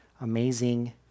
amazing